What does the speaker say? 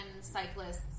cyclists